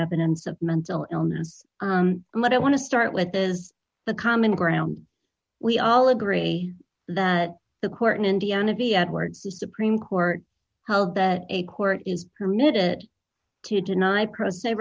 ends of mental illness and what i want to start with is the common ground we all agree that the court in indiana be edward the supreme court how that a court is permitted to deny pro s